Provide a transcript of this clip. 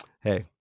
hey